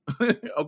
okay